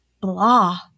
blah